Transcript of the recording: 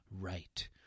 right